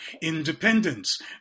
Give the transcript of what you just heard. independence